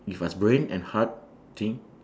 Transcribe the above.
give us brain and heart think